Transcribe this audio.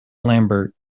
lambert